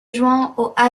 joint